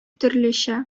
төрлечә